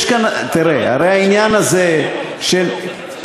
הרי העניין הזה של,